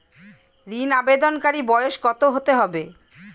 ঋন আবেদনকারী বয়স কত হতে হবে?